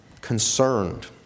concerned